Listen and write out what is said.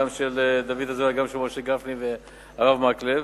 גם של דוד אזולאי וגם של משה גפני והרב מקלב,